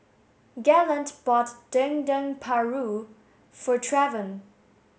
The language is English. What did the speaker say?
Galen bought dendeng paru for Travon